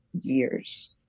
years